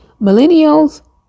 Millennials